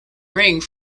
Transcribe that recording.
ring